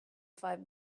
five